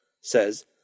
says